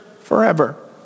forever